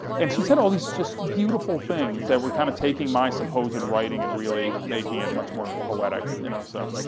and she said all these, just beautiful things, that were kind of taking my supposed and writing and really making it much more poetic, you know so.